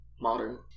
modern